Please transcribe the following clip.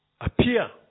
appear